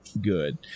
good